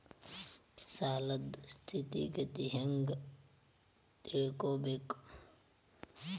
ಸಾಲದ್ ಸ್ಥಿತಿಗತಿ ಬಗ್ಗೆ ಹೆಂಗ್ ತಿಳ್ಕೊಬೇಕು?